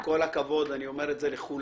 עם כל הכבוד, אני אומר את זה לכולנו.